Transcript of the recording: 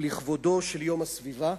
הוא לכבודו של יום הסביבה,